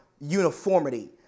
uniformity